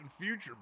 future